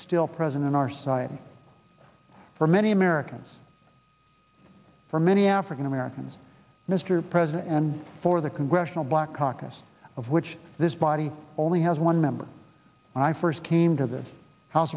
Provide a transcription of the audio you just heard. still present in our society for many americans for many african americans mr president and for the congressional black caucus of which this body only has one member i first came to this house